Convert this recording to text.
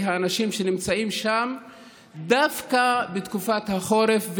האנשים שנמצאים שם דווקא בתקופת החורף,